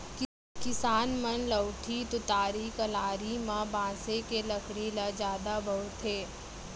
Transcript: किसान मन लउठी, तुतारी, कलारी म बांसे के लकड़ी ल जादा बउरथे